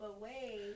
away